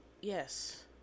Yes